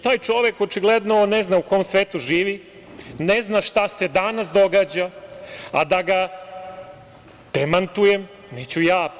Taj čovek očigledno ne zna u kom svetu živi, ne zna šta se danas događa, a da ga demantujem neću ja.